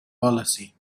policy